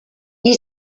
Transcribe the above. qui